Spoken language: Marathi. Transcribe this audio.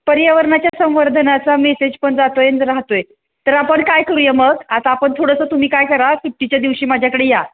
पर्यावरणाच्या संवर्धनाचा मेसेज पण जातो आहे आणि राहतो आहे तर आपण काय करूया मग आता आपण थोडंसं तुम्ही काय करा सुट्टीच्या दिवशी माझ्याकडे या